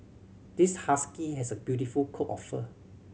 this husky has a beautiful coat of fur